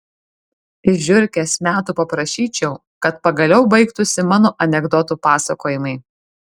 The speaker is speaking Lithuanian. iš žiurkės metų paprašyčiau kad pagaliau baigtųsi mano anekdotų pasakojimai